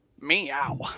Meow